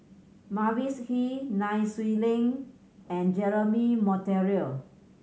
Mavis Hee Nai Swee Leng and Jeremy Monteiro